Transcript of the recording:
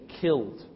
killed